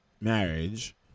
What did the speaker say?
marriage